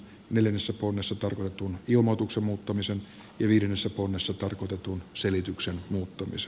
neljännessä kunnassa tortun jomotuksen muuttamisen yhdessä kohdassa tarkoitetun selityksen muuttumis